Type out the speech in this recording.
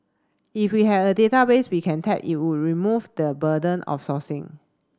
if we have a database we can tap it would remove the burden of sourcing